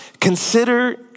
Consider